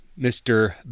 Mr